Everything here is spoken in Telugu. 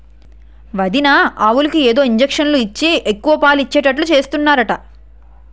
వదినా ఆవులకు ఏదో ఇంజషను ఇచ్చి ఎక్కువ పాలు ఇచ్చేటట్టు చేస్తున్నారట